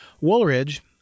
Woolridge